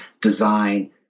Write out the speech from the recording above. design